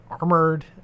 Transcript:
armored